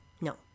no